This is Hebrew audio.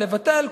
לבטל,